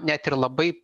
net ir labai